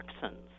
toxins